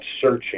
searching